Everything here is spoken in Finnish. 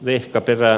vehkaperä